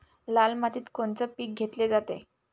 लाल मातीत कोनचं पीक घेतलं जाते?